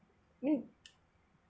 mm